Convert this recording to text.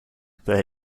there